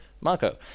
Marco